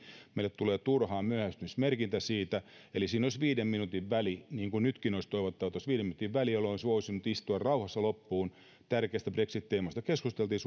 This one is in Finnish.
meille tulee turhaan myöhästymismerkintä siitä eli siinä olisi viiden minuutin väli niin kuin nytkin olisi toivottavaa että olisi viiden minuutin väli jolloin olisin voinut istua rauhassa loppuun tärkeästä brexit teemasta keskusteltiin